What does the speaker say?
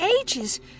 ages